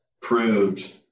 proved